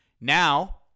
Now